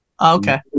Okay